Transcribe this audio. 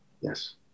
Yes